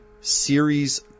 Series